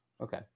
Okay